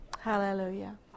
Hallelujah